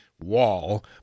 wall